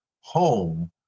home